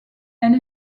elle